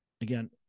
Again